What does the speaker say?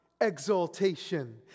exaltation